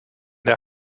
der